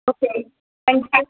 okay thank you